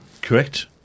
Correct